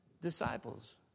disciples